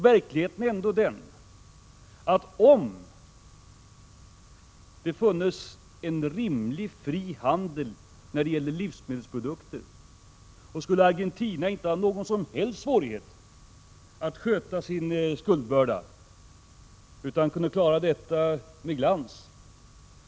Verkligheten är den att om det funnes en rimlig fri handel när det gäller livsmedelsprodukter, skulle Argentina inte ha någon som helst svårighet att sköta sin skuldbörda. Man kunde klara detta med glans.